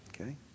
Okay